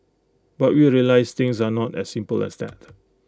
but we realised things are not as simple as that